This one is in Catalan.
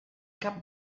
cap